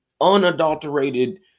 unadulterated